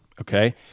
Okay